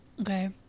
Okay